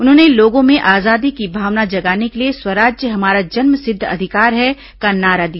उन्होंने लोगों में आजादी की भावना जगाने के लिए स्वराज हमारा जन्मसिद्ध अधिकार है का नारा दिया